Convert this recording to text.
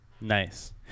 Nice